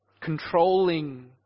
controlling